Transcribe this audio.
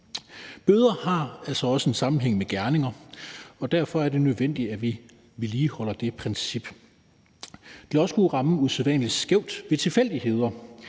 Bøder har altså en sammenhæng med gerninger, og derfor er det nødvendigt, at vi vedligeholder det princip. Det vil også ramme usædvanlig skævt ved tilfældigheder.